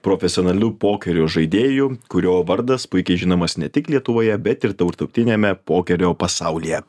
profesionaliu pokerio žaidėju kurio vardas puikiai žinomas ne tik lietuvoje bet ir tarptautiniame pokerio pasaulyje